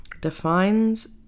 defines